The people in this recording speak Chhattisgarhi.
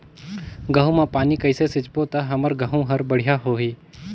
गहूं म पानी कइसे सिंचबो ता हमर गहूं हर बढ़िया होही?